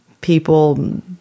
people